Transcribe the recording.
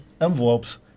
envelopes